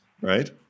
right